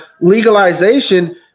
legalization